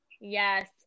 Yes